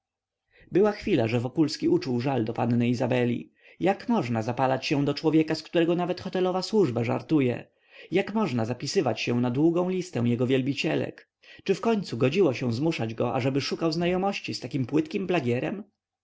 była chwila że wokulski uczuł żal do panny izabeli jak można zapalać się do człowieka z którego nawet hotelowa służba żartuje jak można zapisywać się na długą listę jego wielbicielek czy wkońcu godziło się zmuszać go ażeby szukał znajomości z takim płytkim